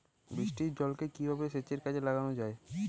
বৃষ্টির জলকে কিভাবে সেচের কাজে লাগানো যায়?